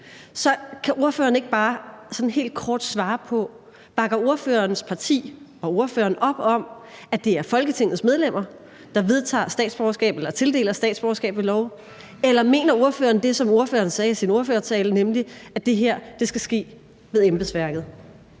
Så kan ordføreren ikke bare sådan helt kort svare på, om ordførerens parti og ordføreren bakker op om, at det er Folketingets medlemmer, der vedtager statsborgerskab eller tildeler statsborgerskab ved lov, eller om ordføreren mener det, som ordføreren sagde i sin ordførertale, nemlig at det her skal ske ved embedsværket?